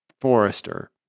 forester